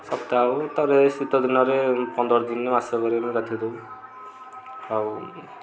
ସପ୍ତାହ ହେଉ ତାପରେ ଶୀତ ଦିନରେ ପନ୍ଦର ଦିନ ମାସେ ପରେ ଗାଧୋଇ ଦେଉ ଆଉ